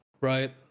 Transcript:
right